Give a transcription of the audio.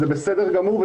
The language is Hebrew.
זה בסדר גמור,